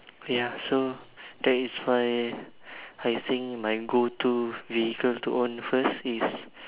ya so that's why I think my go to vehicle to own first is